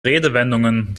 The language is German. redewendungen